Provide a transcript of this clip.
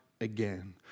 again